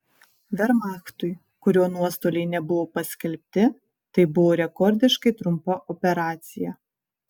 vermachtui kurio nuostoliai nebuvo paskelbti tai buvo rekordiškai trumpa operacija